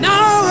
Now